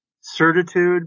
certitude